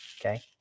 okay